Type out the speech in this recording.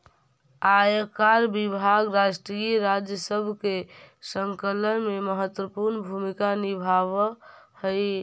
आयकर विभाग राष्ट्रीय राजस्व के संकलन में महत्वपूर्ण भूमिका निभावऽ हई